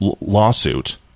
lawsuit